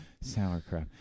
sauerkraut